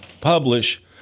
publish